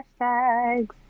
hashtags